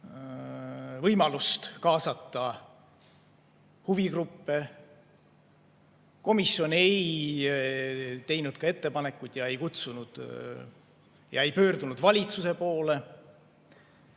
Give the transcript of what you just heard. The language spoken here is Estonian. võimalust kaasata huvigruppe. Komisjon ei teinud ka ettepanekuid ega pöördunud valitsuse poole.